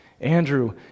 andrew